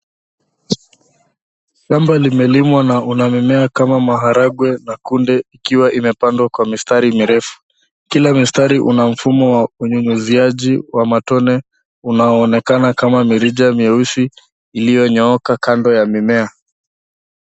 Shamba limelimwa na una mimea kama maharagwe na kunde ikiwa imepandwa kwa mistari mirefu. kila mistari una mfumo wa unyunyuziaji wa matone unaoonekana kama mirija meusi iliyonyooka kando ya mimea.